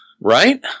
Right